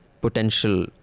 potential